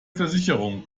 versicherung